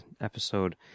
episode